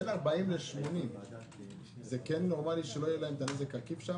בין 40 ל-80 קילומטר סביר שלא יהיה להם נזק עקיף?